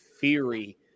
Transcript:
theory